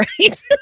right